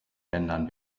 ländern